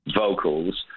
vocals